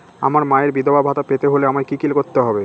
আমার মায়ের বিধবা ভাতা পেতে হলে আমায় কি কি করতে হবে?